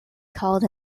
called